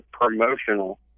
promotional